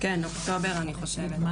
אוקטובר אני חושבת.